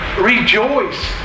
rejoice